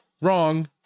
wrong